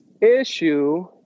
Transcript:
issue